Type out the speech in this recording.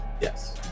Yes